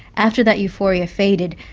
after that euphoria faded,